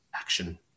action